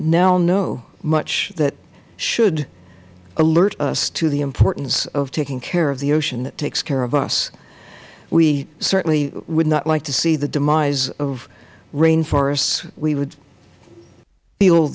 now know much that should alert us to the importance of taking care of the ocean that takes care of us we certainly would not like to see the demise of rainforests we would